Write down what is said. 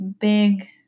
big